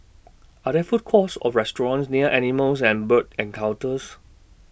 Are There Food Courts Or restaurants near Animals and Bird Encounters